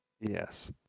Yes